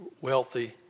wealthy